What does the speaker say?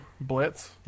Blitz